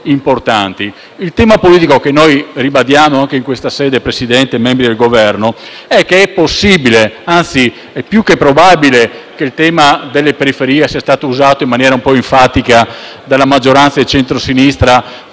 Il tema politico che noi ribadiamo anche in questa sede, Presidente, membri del Governo, è che è possibile ed, anzi, è più che probabile che il tema delle periferie sia stato usato in maniera un po' enfatica dalla maggioranza e dal centro-sinistra